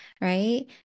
right